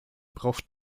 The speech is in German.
braucht